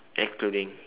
excluding